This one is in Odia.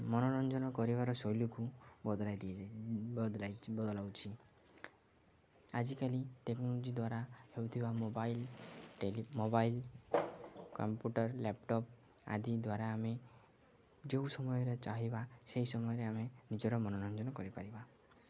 ମନୋରଞ୍ଜନ କରିବାର ଶୈଲୀକୁ ବଦଳାଇ ବଦଲାଉଛି ଆଜିକାଲି ଟେକ୍ନୋଲୋଜି ଦ୍ୱାରା ହେଉଥିବା mobile tele mobile computer laptop ଆଦି ଦ୍ୱାରା ଆମେ ଯେଉଁ ସମୟରେ ଚାହିଁବା ସେଇ ସମୟରେ ଆମେ ନିଜର ମନୋରଞ୍ଜନ କରିପାରିବା